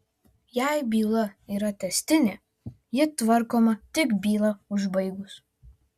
jei byla yra tęstinė ji tvarkoma tik bylą užbaigus